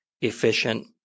efficient